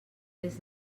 des